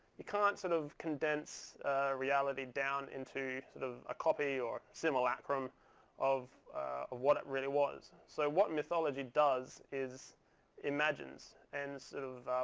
you can't sort of condense reality down into sort of a copy or simulacrum of what it really was. so what mythology does is imagines. and sort of